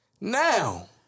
Now